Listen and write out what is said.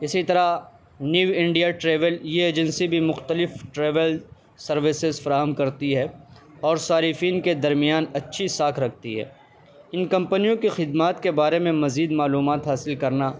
اسی طرح new India travel یہ ایجنسی بھی مختلف ٹریول سروسز فراہم کرتی ہے اور صارفین کے درمیان اچھی ساکھ رکھتی ہے ان کمپنیوں کی خدمات کے بارے میں مزید معلومات حاصل کرنا